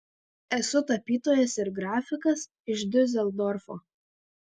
esu tapytojas ir grafikas iš diuseldorfo